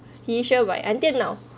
he sure will buy until now